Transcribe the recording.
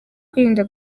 kwirinda